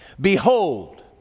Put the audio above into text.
Behold